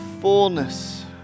fullness